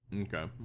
okay